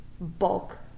bulk